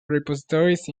repositories